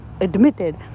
admitted